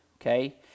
Okay